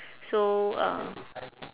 so uh